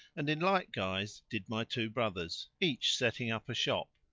and in like guise did my two brothers, each setting up a shop.